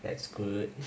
that's good